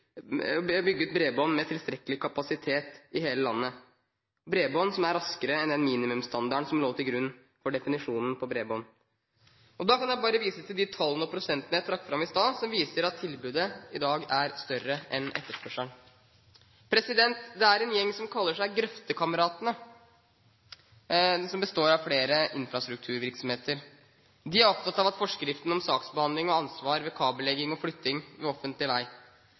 bredbånd med tilstrekkelig kapasitet i hele landet – bredbånd som er raskere enn den minimumsstandarden som lå til grunn for definisjonen av bredbånd. Da kan jeg bare vise til de tallene og prosentene jeg trakk fram i sted, som viser at tilbudet i dag er større enn etterspørselen. Det er en gjeng som kaller seg Grøftekameratene, som består av flere infrastrukturvirksomheter. De er opptatt av forskriften om saksbehandling og ansvar ved kabellegging og flytting ved offentlig vei.